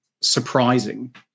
surprising